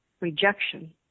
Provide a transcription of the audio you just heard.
rejection